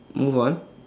move on